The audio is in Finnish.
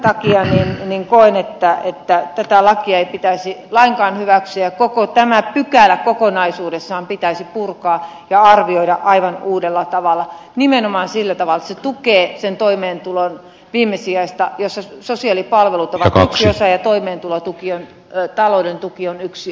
tämän takia koen että tätä lakia ei pitäisi lainkaan hyväksyä ja koko tämä pykälä kokonaisuudessaan pitäisi purkaa ja arvioida aivan uudella tavalla nimenomaan sillä tavalla että se tukee sen toimeentulon viimesijaista turvaa jossa sosiaalipalvelut ovat yksi osa ja toimeentulotuki talouden tuki on yksi osa